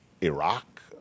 Iraq